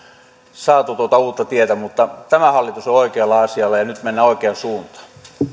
saatu uutta tietä mutta tämä hallitus on oikealla asialla ja nyt mennään oikeaan suuntaan